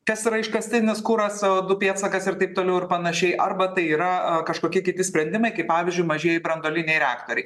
kas yra iškastinis kuras co du pėdsakas ir taip toliau ir panašiai arba tai yra a kažkokie kiti sprendimai kaip pavyzdžiui mažieji branduoliniai reaktoriai